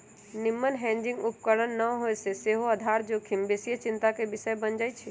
निम्मन हेजिंग उपकरण न होय से सेहो आधार जोखिम बेशीये चिंता के विषय बन जाइ छइ